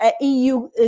EU